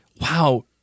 wow